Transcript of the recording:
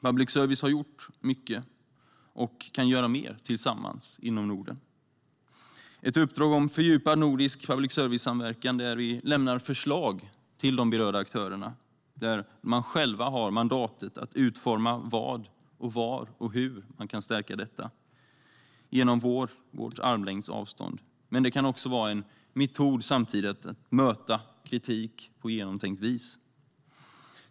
Public service har gjort mycket och kan göra mer tillsammans inom Norden genom ett uppdrag om fördjupad nordisk public service-samverkan där vi lämnar förslag till de berörda aktörerna, som själva har mandat att utforma vad, var och hur man kan stärka detta på armlängds avstånd. Samtidigt kan det också vara en metod att möta kritik på ett genomtänkt vis.